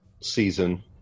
season